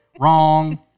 Wrong